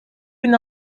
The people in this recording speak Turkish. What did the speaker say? bin